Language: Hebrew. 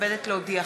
דירות)